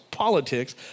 politics